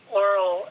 oral